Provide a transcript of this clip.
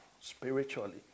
spiritually